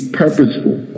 purposeful